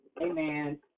Amen